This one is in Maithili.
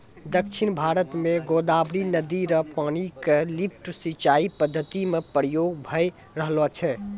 दक्षिण भारत म गोदावरी नदी र पानी क लिफ्ट सिंचाई पद्धति म प्रयोग भय रहलो छै